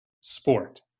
sport